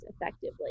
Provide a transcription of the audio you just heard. effectively